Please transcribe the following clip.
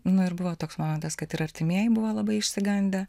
nu ir buvo toks momentas kad ir artimieji buvo labai išsigandę